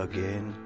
Again